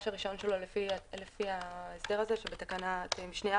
הרישיון שלו לפי ההסדר הזה שבתקנת משנה (א)